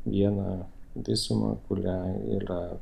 vieną visumą kurią yra